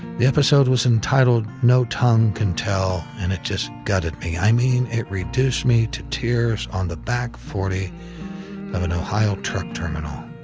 the episode was entitled no tongue can tell and it just gutted me. i mean it, reduced me to tears on the back forty of an ohio truck terminal.